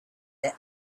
their